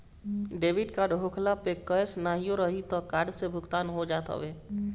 debit card होखला पअ cash नाहियो रही तअ कार्ड से भुगतान हो जात हवे